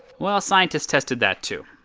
well scientists tested that too.